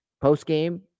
post-game